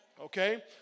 Okay